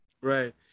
Right